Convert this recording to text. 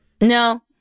No